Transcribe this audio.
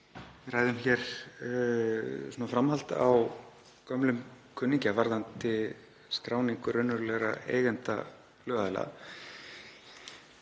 ræðum hér framhald á gömlum kunningja varðandi skráningu raunverulegra eigenda lögaðila.